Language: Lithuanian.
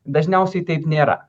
dažniausiai taip nėra